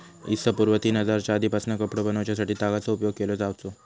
इ.स पूर्व तीन हजारच्या आदीपासना कपडो बनवच्यासाठी तागाचो उपयोग केलो जावचो